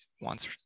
Wants